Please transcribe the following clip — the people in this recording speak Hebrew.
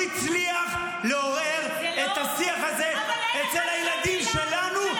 הוא הצליח לעורר את השיח הזה אצל הילדים שלנו,